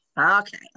Okay